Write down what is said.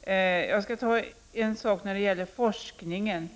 Jag vill nämna en sak när det gäller forskningen.